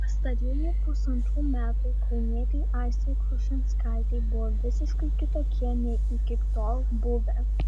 pastarieji pusantrų metų kaunietei aistei krušinskaitei buvo visiškai kitokie nei iki tol buvę